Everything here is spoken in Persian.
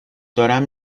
دارم